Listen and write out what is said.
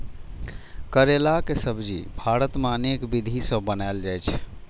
करैलाक सब्जी भारत मे अनेक विधि सं बनाएल जाइ छै